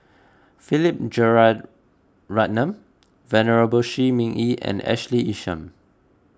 Philip Jeyaretnam Venerable Shi Ming Yi and Ashley Isham